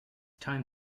time